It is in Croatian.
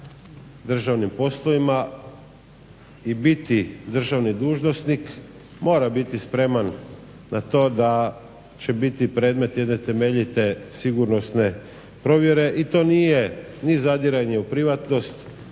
državnim poslovima i biti državni dužnosnik. Mora biti spreman na to da će biti predmet jedne temeljite sigurnosne provjere, i to nije ni zadiranje u privatnost,